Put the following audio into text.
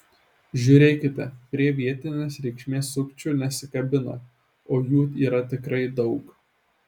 žiūrėkite prie vietinės reikšmės sukčių nesikabina o jų yra tikrai daug